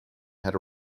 had